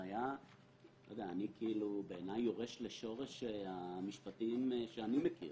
בעיני יורד לשורש המשפטים שאני מכיר,